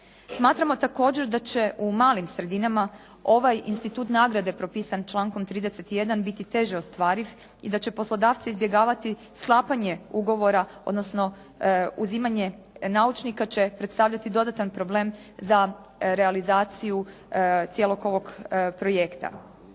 Smatramo također da će u malim sredinama ovaj institut nagrade propisan člankom 31. biti teže ostvariv i da će poslodavci izbjegavati sklapanje ugovora, odnosno uzimanje naučnika će predstavljati dodatan problem za realizaciju cijelog ovog projekta.